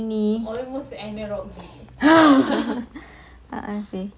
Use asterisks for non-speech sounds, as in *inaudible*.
and skinny *laughs*